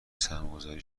سرمایهگذاری